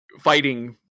fighting